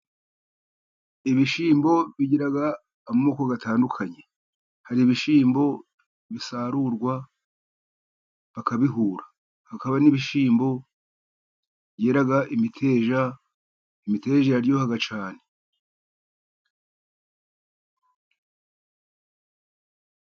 Ibishyimbo bigira amoko atandukanye, hari ibishimbo bisarurwa bakabihura, hakaba n'ibishyimbo byera imiteja, imiteja iraryoha cyane.